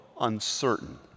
uncertain